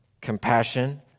compassion